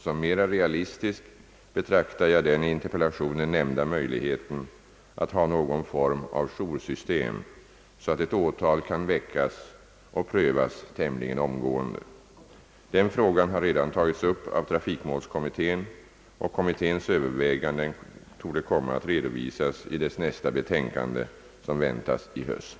Som mera realistisk betraktar jag den i interpellationen nämnda möjligheten att ha någon form av joursystem, så att ett åtal kan väckas och prövas tämligen omgående. Den frågan har redan tagits upp av trafikmålskommittén, och kommitténs överväganden torde komma att redovisas i dess nästa betänkande, som väntas i höst.